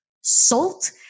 salt